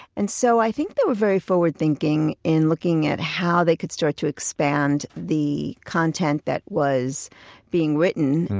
and so i think they were very forward thinking in looking at how they could start to expand the content that was being written.